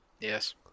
yes